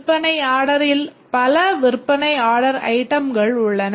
விற்பனை ஆர்டரில் பல விற்பனை ஆர்டர் ஐட்டம்கள் உள்ளன